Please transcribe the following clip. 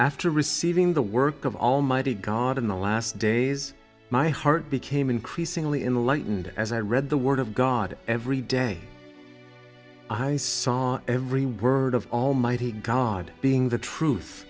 after receiving the work of almighty god in the last days my heart became increasingly enlightened as i read the word of god every day i saw every word of almighty god being the truth